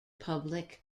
public